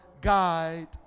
guide